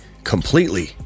completely